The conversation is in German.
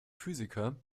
physiker